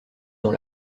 dans